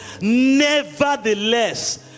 nevertheless